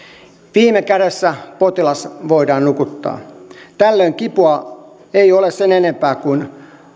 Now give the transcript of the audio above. viime kädessä potilas voidaan nukuttaa tällöin kipua ei ole sen enempää kuin